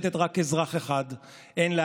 תרצה עוד דקה להשלים את דבריך, אתן לך.